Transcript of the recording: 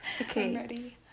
Okay